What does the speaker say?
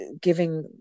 giving